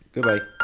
Goodbye